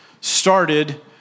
started